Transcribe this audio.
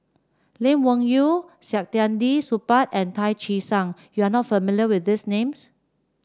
Lee Wung Yew Saktiandi Supaat and Tan Che Sang you are not familiar with these names